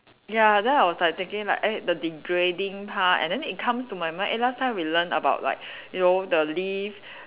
ya then I was like thinking like eh the degrading part and then it comes to my mind eh last time we learn about like you know the leaf